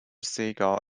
seagull